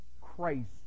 Christ